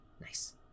Nice